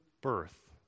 birth